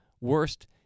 worst